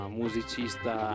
musicista